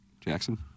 Jackson